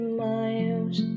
miles